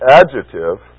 adjective